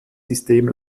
system